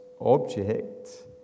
object